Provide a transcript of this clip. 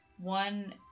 One